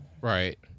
Right